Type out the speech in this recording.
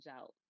out